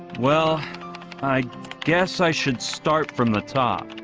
well i guess i should start from the top